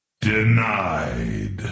denied